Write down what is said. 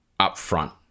upfront